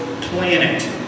planet